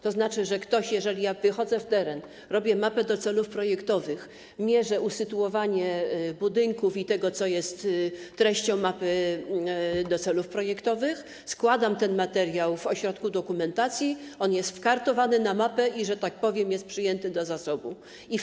To znaczy, że jeżeli ja wychodzę w teren, robię mapę do celów projektowych, mierzę usytuowanie budynków i tego, co jest treścią mapy, do celów projektowych, składam ten materiał w ośrodku dokumentacji, to on jest wkartowany na mapę i, że tak powiem, jest przyjęty do zasobów.